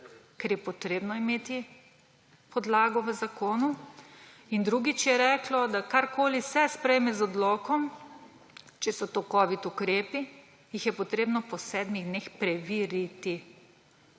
ker je treba imeti podlago v zakonu. In, drugič, je reklo, da karkoli se sprejme z odlokom, če so to covid ukrepi, jih je treba po sedmih dneh preveriti,